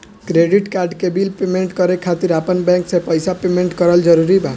Credit card के bill payment करे खातिर आपन बैंक से पईसा पेमेंट करल जरूरी बा?